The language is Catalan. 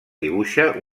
dibuixa